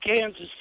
Kansas